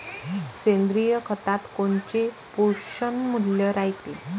सेंद्रिय खतात कोनचे पोषनमूल्य रायते?